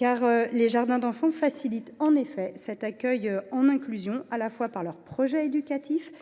En effet, les jardins d’enfants facilitent un tel accueil en inclusion, à la fois par leurs projets éducatifs